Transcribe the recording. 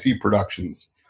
Productions